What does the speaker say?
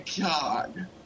God